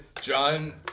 John